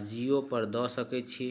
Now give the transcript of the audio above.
अजियो पर दऽ सकैत छी